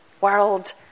world